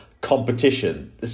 competition